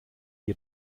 dir